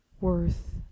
worth